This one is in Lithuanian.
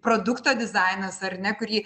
produkto dizainas ar ne kurį